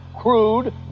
crude